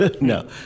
No